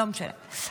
לא משנה.